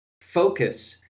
focus